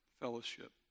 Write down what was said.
fellowship